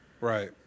right